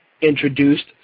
introduced